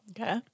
Okay